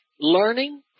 learning